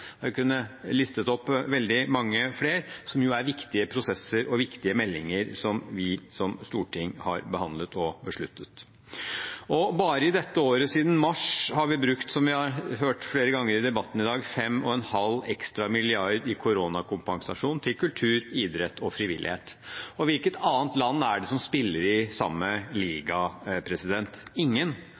listet opp veldig mange flere – som jo er viktige prosesser og viktige meldinger som vi som storting har behandlet og besluttet. Bare i dette året, siden mars, har vi, som vi har hørt flere ganger i debatten i dag, brukt 5,5 ekstra milliarder i koronakompensasjon til kultur, idrett og frivillighet. Hvilket annet land er det som spiller i samme liga? Ingen,